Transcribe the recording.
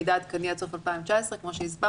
מידע עדכני עד סוף 2019 כמו שהסברתי,